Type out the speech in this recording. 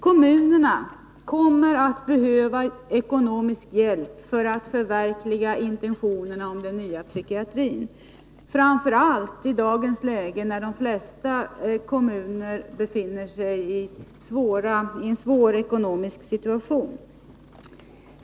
Kommunerna kommer att behöva ekonomisk hjälp för att förverkliga intentionerna om den nya psykiatrin, framför allt i dagens läge, när de flesta kommuner befinner sig i en svår ekonomisk situation.